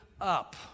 up